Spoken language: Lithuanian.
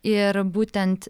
ir būtent